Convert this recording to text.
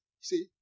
see